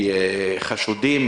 חשודים